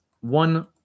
one